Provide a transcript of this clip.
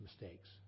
mistakes